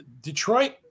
Detroit